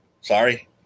Sorry